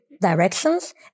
directions